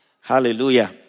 Hallelujah